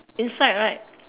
inside right